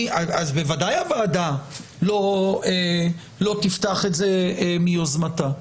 אז בוודאי הוועדה לא תפתח את זה מיוזמתה.